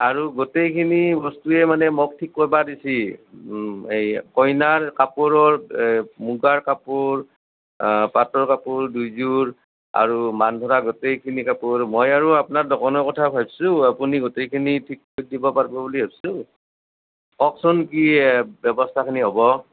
আৰু গোটেইখিনি বস্তুৱে মানে মোক ঠিক কৰিব দিছে এই কইনাৰ কাপোৰত মুগাৰ কাপোৰ পাটৰ কাপোৰ দুইযোৰ আৰু মান ধৰা গোটেইখিনি কাপোৰ মই আৰু আপোনাৰ দোকানৰ কথা ভাবিছোঁ আপুনি গোটেইখিনি ঠিক কৰি দিব পাৰিব বুলি ভাবিছোঁ কওকচোন কি ব্যৱস্থা খিনি হ'ব